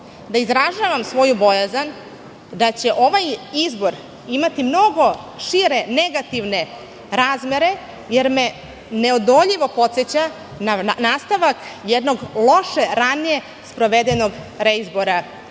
da izražavam svoju bojazan da će ovaj izbor imati mnogo šire negativne razmere jer me neodoljivo podseća na nastavak jednog lošije ranije sprovedenog reizbora